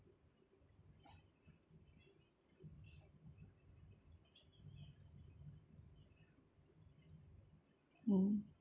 mm